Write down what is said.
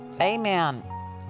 Amen